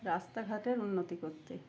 রাস্তাঘাটের উন্নতি করতে